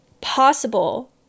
possible